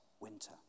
winter